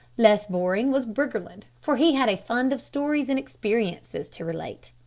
less boring was briggerland, for he had a fund of stories and experiences to relate,